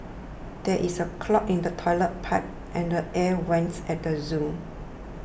there is a clog in the Toilet Pipe and the Air Vents at the zoo